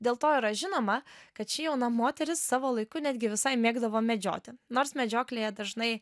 dėl to yra žinoma kad ši jauna moteris savo laiku netgi visai mėgdavo medžioti nors medžioklėje dažnai